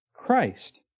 Christ